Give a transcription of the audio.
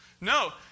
No